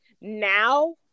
now